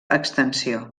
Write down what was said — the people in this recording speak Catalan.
extensió